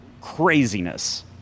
craziness